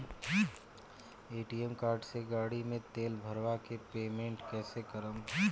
ATM card से गाड़ी मे तेल भरवा के पेमेंट कैसे करेम?